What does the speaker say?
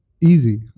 easy